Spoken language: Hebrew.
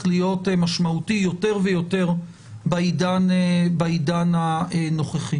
להיות משמעותי יותר ויותר בעידן הנוכחי.